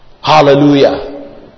Hallelujah